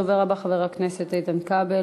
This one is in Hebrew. הדובר הבא חבר הכנסת איתן כבל,